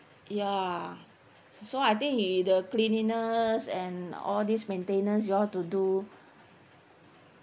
ya so I think it the cleanliness and all these maintenance you all to do